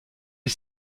est